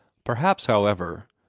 perhaps, however,